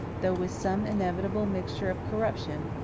though with some inevitable mixture of corruption,